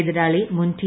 എതിരാളി മുൻ ടി